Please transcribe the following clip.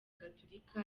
gatolika